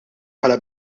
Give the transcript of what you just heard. bħala